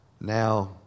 now